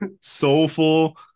soulful